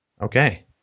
Okay